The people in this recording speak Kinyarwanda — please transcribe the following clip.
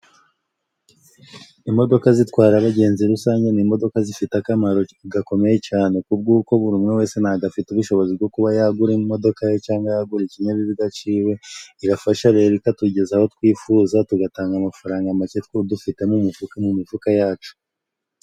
Imodoka zitwara abagenzi rusange ni imodoka zifite akamaro gakomeye cane, kubw'uko buri umwe wese ntago afite ubushobozi bwo kuba yagura imodoka ye cangwa yagura ikinyabiziga c'iwe, irafasha rero ikatugeza aho twifuza tugatanga amafaranga make dufite mu mufuka mu mifuka yacu.